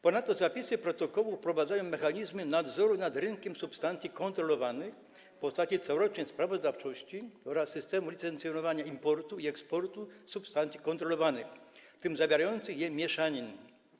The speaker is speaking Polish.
Ponadto zapisy protokołu wprowadzają mechanizmy nadzoru nad rynkiem substancji kontrolowanych w postaci corocznej sprawozdawczości oraz systemu licencjonowania importu i eksportu substancji kontrolowanych, w tym zawierających je mieszanin.